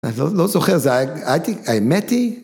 ‫אני לא זוכר, זה הייתי... ‫האמת היא...